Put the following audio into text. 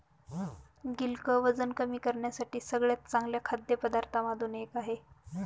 गिलक वजन कमी करण्यासाठी सगळ्यात चांगल्या खाद्य पदार्थांमधून एक आहे